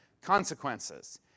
consequences